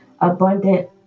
abundant